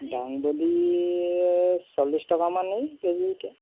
দাংবদী চল্লিছ টকা মানেই কেজি এতিয়া